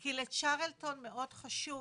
כי לצ'רלטון מאוד חשוב